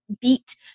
beat